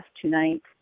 tonight